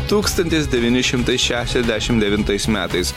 tūkstantis devyni šimtai šešiasdešim devintais metais